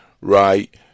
right